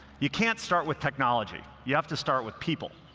you can't start with technology. you have to start with people.